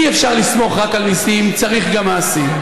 אי-אפשר לסמוך רק על ניסים, צריך גם מעשים.